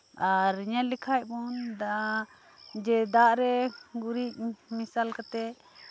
ᱟᱨ ᱧᱮᱞ ᱞᱮᱠᱷᱟᱱ ᱵᱚᱱ ᱫᱟᱜ ᱡᱮ ᱫᱟᱜ ᱨᱮ ᱜᱩᱨᱤᱡ ᱢᱮᱥᱟ ᱠᱟᱛᱮ